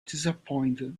disappointed